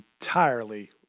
entirely